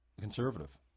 conservative